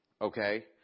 okay